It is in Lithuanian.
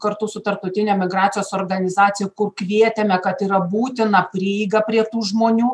kartu su tarptautine migracijos organizacija kur kvietėme kad yra būtina prieiga prie tų žmonių